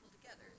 together